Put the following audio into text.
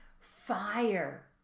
fire